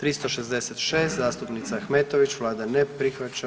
366. zastupnica Ahmetović, vlada ne prihvaća.